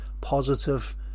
positive